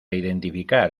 identificar